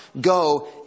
go